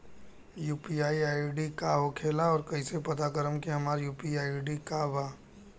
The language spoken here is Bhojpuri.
यू.पी.आई आई.डी का होखेला और कईसे पता करम की हमार यू.पी.आई आई.डी का बा?